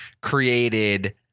created